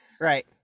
right